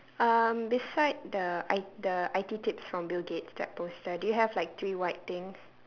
um beside the i~ the I_T tips from bill gates that poster do you have like three white things